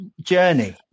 journey